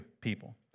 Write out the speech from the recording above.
people